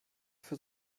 für